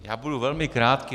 Já budu velmi krátký.